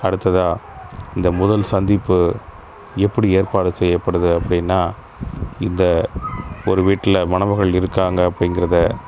அடுத்ததாக இந்த முதல் சந்திப்பு எப்படி ஏற்பாடு செய்யப்படுது அப்படின்னா இந்த ஒரு வீட்டில் மணமகள் இருக்காங்க அப்டிங்கிறதை